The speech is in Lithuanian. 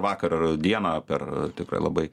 vakar dieną per tikrai labai